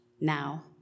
now